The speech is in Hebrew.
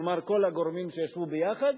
כלומר, כל הגורמים ישבו יחד,